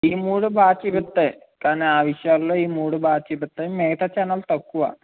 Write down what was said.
ఈ మూడు బాగా చూపిస్తాయి కాని ఆ విషయాల్లో ఈ మూడు బాగా చూపిస్తాయి మిగతా ఛానెల్ తక్కువ